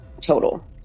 total